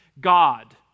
God